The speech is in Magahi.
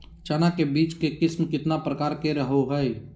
चना के बीज के किस्म कितना प्रकार के रहो हय?